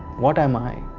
what am i?